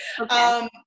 Okay